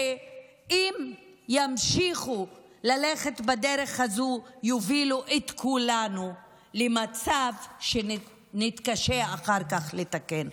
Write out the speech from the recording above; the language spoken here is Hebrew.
שאם ימשיכו ללכת בדרך הזו יובילו את כולנו למצב שנתקשה אחר כך לתקן.